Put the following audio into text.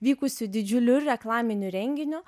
vykusiu didžiuliu reklaminiu renginiu